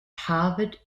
harvard